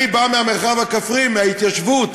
אני בא מהמרחב הכפרי, מההתיישבות,